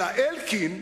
אלא אלקין,